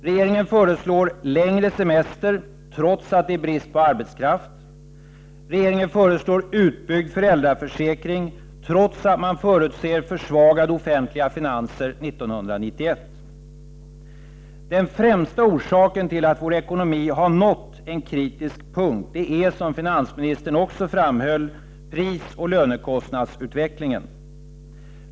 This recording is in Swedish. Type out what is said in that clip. Regeringen föreslår längre semester trots att det är brist på arbetskraft. Regeringen föreslår utbyggd föräldraförsäkring trots att man förutser försvagade offentliga finanser 1991. Den främsta orsaken till att vår ekonomi har nått en kritisk punkt är, som finansministern också framhöll, prisoch lönekostnadsutvecklingen.